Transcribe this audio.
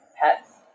pets